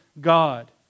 God